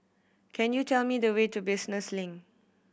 can you tell me the way to Business Link